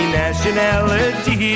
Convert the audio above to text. nationality